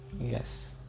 yes